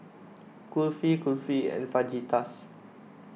Kulfi Kulfi and Fajitas